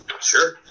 Sure